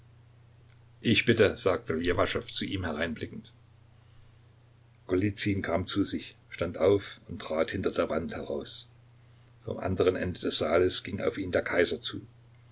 ich bitte sagte ljewaschow zu ihm hereinblickend golizyn kam zu sich stand auf und trat hinter der wand heraus vom anderen ende des saales ging auf ihn der kaiser zu